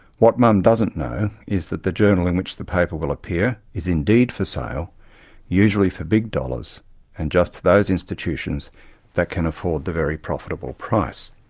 what mum doesn't know is that the journal in which the paper will appear is indeed for sale usually for big dollars and just to those institutions that can afford the very profitable price.